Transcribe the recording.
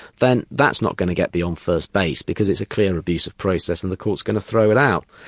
then that's not going to get beyond um first base because it's a clear abuse of process and the court's going to throw it out.